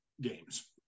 games